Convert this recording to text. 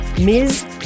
Ms